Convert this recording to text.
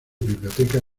bibliotecas